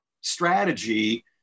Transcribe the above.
strategy